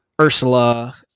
Ursula